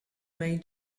may